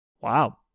wow